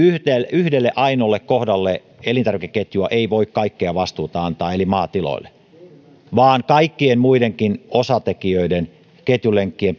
yhdelle ainoalle kohdalle elintarvikeketjua ei voi kaikkea vastuuta antaa eli maatiloille vaan kaikkien muidenkin osatekijöiden ketjulenkkien